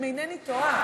אם אינני טועה.